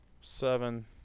Seven